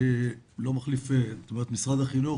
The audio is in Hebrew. אני לא מחליף - משרד החינוך,